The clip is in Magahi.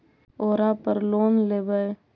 ओरापर लोन लेवै?